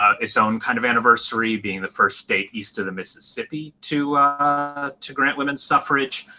it's own kind of anniversary being the first state east of the mississippi to ah to grant women's suffrage.